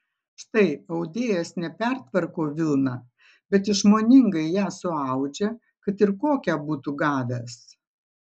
štai audėjas ne pertvarko vilną bet išmoningai ją suaudžia kad ir kokią būtų gavęs